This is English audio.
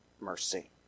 mercy